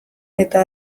eta